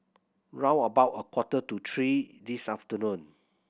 round about a quarter to three this afternoon